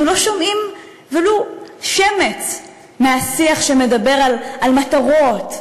אנחנו לא שומעים ולו שמץ מהשיח שמדבר על מטרות,